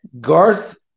Garth